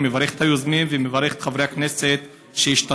אני מברך את היוזמים ומברך את חברי הכנסת שהשתתפו,